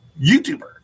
YouTuber